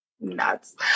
Nuts